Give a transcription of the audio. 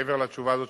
מעבר לתשובה הזאת,